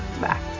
back